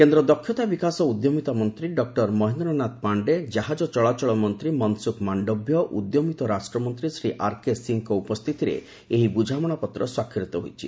କେନ୍ଦ୍ର ଦକ୍ଷତା ବିକାଶ ଓ ଉଦ୍ୟମିତା ମନ୍ତ୍ରୀ ଡକ୍ଟର ମହେନ୍ଦ୍ର ନାଥ ପାଣ୍ଡେ ଜାହାଜ ଚଳାଚଳ ମନ୍ତ୍ରୀ ମନସୁଖ୍ ମାଣ୍ଡଭ୍ୟ ଉଦ୍ୟମିତ ରାଷ୍ଟ୍ରମନ୍ତ୍ରୀ ଶ୍ରୀ ଆର୍କେ ସିଂଙ୍କ ଉପସ୍ଥିତିରେ ଏହି ବୁଝାମଣାପତ୍ର ସ୍ୱାକ୍ଷରିତ ହୋଇଛି